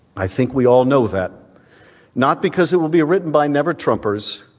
i think we all know that not because it will be written by never trump us,